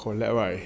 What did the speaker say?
collect right